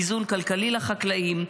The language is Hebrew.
איזון כלכלי לחקלאים,